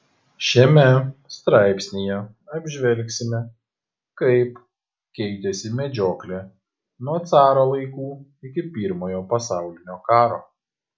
šiame straipsnyje apžvelgsime kaip keitėsi medžioklė nuo caro laikų iki pirmojo pasaulinio karo